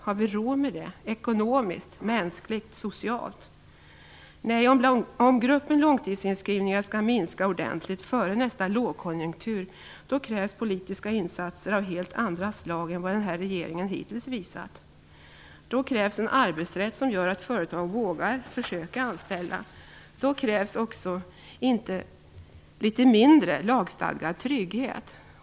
Har vi råd med det, ekonomiskt, mänskligt och socialt? Om gruppen långtidsinskrivna skall minska ordentligt före nästa lågkonjunktur krävs det politiska insatser av helt andra slag än vad den här regeringen hittills visat. Då krävs en arbetsrätt som gör att företag vågar försöka anställa. Då krävs också litet mindre lagstadgad trygghet.